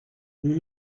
nous